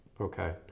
okay